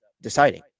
deciding